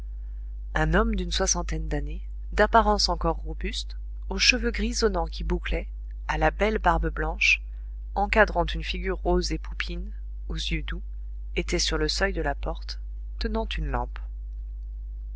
un homme d'une soixantaine d'années d'apparence encore robuste aux cheveux grisonnants qui bouclaient à la belle barbe blanche encadrant une figure rose et poupine aux yeux doux était sur le seuil de la porte tenant une lampe